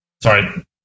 Sorry